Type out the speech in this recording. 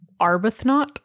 Arbuthnot